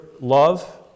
love